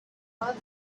what